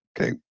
Okay